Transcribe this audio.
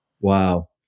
Wow